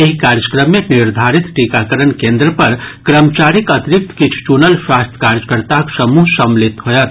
एहि कार्यक्रम मे निर्धारित टीकाकरण केन्द्र पर कर्मचारीक अतिरिक्त किछु चुनल स्वास्थ्य कार्यकर्ताक समूह सम्मिलित होयत